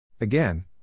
Again